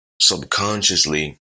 subconsciously